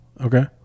Okay